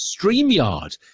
StreamYard